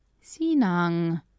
sinang